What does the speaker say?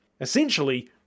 Essentially